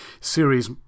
series